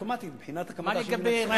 אוטומטית מבחינת הקמתה של מדינת ישראל.